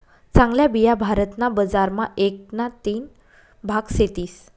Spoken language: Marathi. चांगल्या बिया भारत ना बजार मा एक ना तीन भाग सेतीस